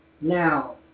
Now